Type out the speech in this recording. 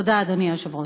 תודה, אדוני היושב-ראש.